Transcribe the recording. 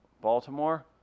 Baltimore